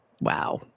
Wow